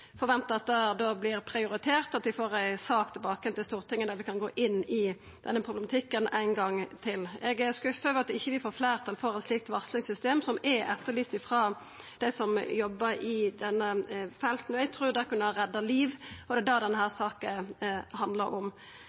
at vi får ei sak tilbake til Stortinget der vi kan gå inn i denne problematikken ein gong til. Eg er skuffa over at vi ikkje får fleirtal for eit slikt varslingssystem, som er etterlyst frå dei som jobbar i denne felten. Eg trur det kunne ha redda liv, og det er det denne saka handlar om.